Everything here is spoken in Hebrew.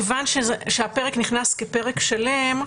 כיוון שהפרק נכנס כפרק שלם,